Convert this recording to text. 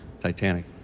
Titanic